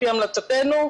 על-פי המלצתנו.